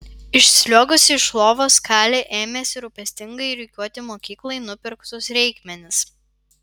išsliuogusi iš lovos kali ėmėsi rūpestingai rikiuoti mokyklai nupirktus reikmenis